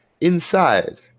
Inside